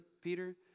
Peter